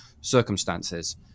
circumstances